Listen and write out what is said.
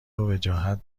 وجاهت